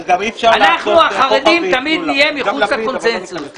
אנחנו החרדים תמיד נהיה מחוץ לקונצנזוס.